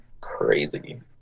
crazy